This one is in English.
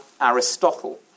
Aristotle